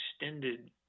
extended